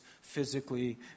physically